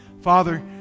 Father